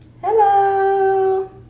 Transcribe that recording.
Hello